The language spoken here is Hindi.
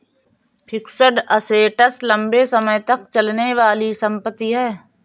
फिक्स्ड असेट्स लंबे समय तक चलने वाली संपत्ति है